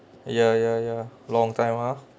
ya ya ya long time ah